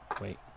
Wait